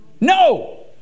no